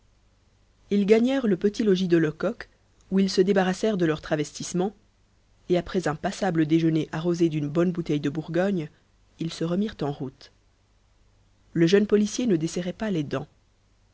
ils gagnèrent le petit logis de lecoq où ils se débarrassèrent de leurs travestissements et après un passable déjeuner arrosé d'une bonne bouteille de bourgogne ils se remirent en route le jeune policier ne desserrait pas les dents